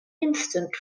instant